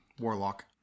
warlock